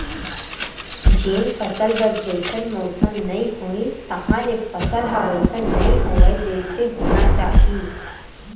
जेन फसल बर जइसन मउसम नइ होइस तहाँले फसल ह वइसन नइ होवय जइसे होना चाही